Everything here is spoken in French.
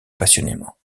passionnément